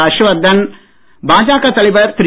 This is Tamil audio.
ஹர்ஷ்வர்தன் பாஜக தலைவர் திரு